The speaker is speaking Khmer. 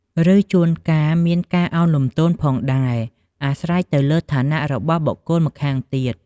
ឬជួនកាលមានការឱនលំទោនផងដែរ អាស្រ័យទៅលើឋានៈរបស់បុគ្គលម្ខាងទៀត។